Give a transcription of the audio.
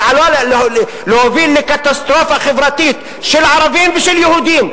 שעלולה להוביל לקטסטרופה חברתית של ערבים ושל יהודים,